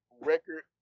record